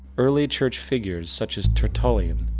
early church figures, such as tortullian,